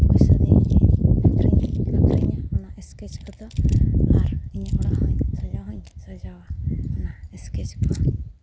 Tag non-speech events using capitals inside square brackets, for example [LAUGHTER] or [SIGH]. ᱯᱚᱭᱥᱟ ᱫᱤᱭᱮ ᱜᱮ [UNINTELLIGIBLE] ᱚᱱᱟ ᱥᱠᱮᱪ ᱠᱚᱫᱚ ᱟᱨ ᱤᱧ ᱚᱲᱟᱜ ᱦᱚᱸᱧ ᱥᱚᱡᱟᱣ ᱦᱚᱸᱧ ᱥᱚᱡᱟᱣᱟ ᱚᱱᱟ ᱥᱠᱮᱪ ᱠᱚ